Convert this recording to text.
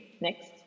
Next